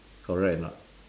correct or not